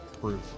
proof